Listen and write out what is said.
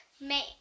make